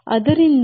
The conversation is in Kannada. ಆದ್ದರಿಂದ ಇವು 0